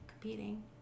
competing